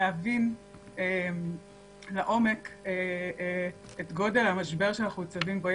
להבין לעומק את גודל המשבר שאנחנו ניצבים בו.